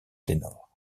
ténor